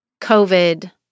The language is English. COVID